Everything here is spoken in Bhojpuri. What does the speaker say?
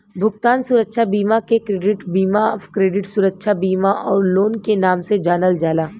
भुगतान सुरक्षा बीमा के क्रेडिट बीमा, क्रेडिट सुरक्षा बीमा आउर लोन के नाम से जानल जाला